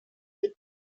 mit